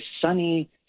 sunny